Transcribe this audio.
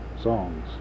songs